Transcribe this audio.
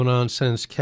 Nonsense